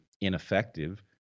ineffective